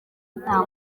nta